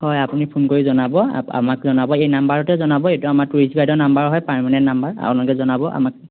হয় আপুনি ফোন কৰি জনাব আপ আমাক জনাব এই নাম্বাৰটোতে জনাব এইটো আমাৰ টুৰিষ্ট গাইডৰ নাম্বাৰ হয় পাৰ্মেনেণ্ট নাম্বাৰ আপোনালোকে জনাব আমাক